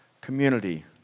Community